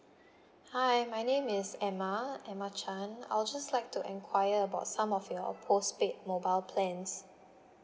hi my name is emma emma chan I will just like to inquire about some of your postpaid mobile plans